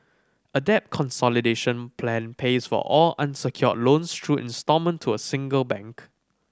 a debt consolidation plan pays for all unsecured loans through instalment to a single bank